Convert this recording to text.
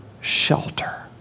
shelter